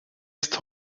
ist